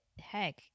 heck